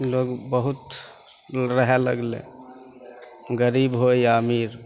लोक बहुत रहै लागलै गरीब होइ या अमीर